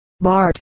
Bart